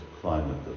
climate